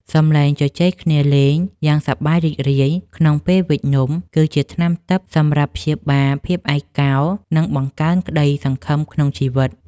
សម្លេងជជែកគ្នាលេងយ៉ាងសប្បាយរីករាយក្នុងពេលវេចនំគឺជាថ្នាំទិព្វសម្រាប់ព្យាបាលភាពឯកោ និង បង្កើនក្ដីសង្ឃឹមក្នុងជីវិត។